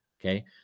Okay